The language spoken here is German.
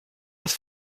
ist